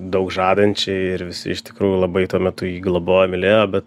daug žadančiai ir visi iš tikrųjų labai tuo metu jį globojo mylėjo bet